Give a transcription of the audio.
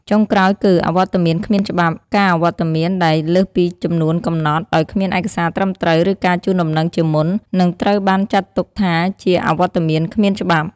ចុងក្រោយគឺ អវត្តមានគ្មានច្បាប់ ការអវត្តមានដែលលើសពីចំនួនកំណត់ ដោយគ្មានឯកសារត្រឹមត្រូវ ឬការជូនដំណឹងជាមុន នឹងត្រូវបានចាត់ទុកថាជា អវត្តមានគ្មានច្បាប់។